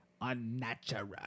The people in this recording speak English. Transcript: Unnatural